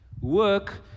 work